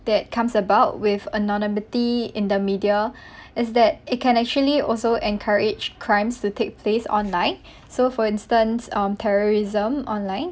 that comes about with anonymity in the media is that it can actually also encourage crimes to take place online so for instance um terrorism online